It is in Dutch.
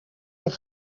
een